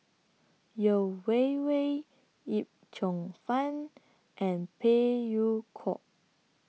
Yeo Wei Wei Yip Cheong Fun and Phey Yew Kok